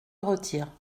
retire